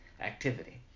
activity